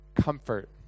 comfort